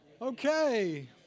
Okay